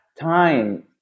time